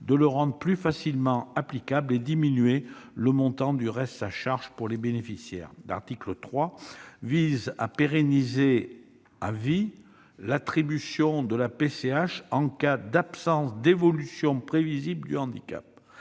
de le rendre plus facilement applicable et de diminuer le montant du reste à charge pour les bénéficiaires. L'article 3 pérennise à vie l'attribution de la PCH en cas d'absence d'évolution prévisible du handicap.